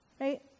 right